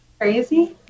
crazy